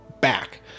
back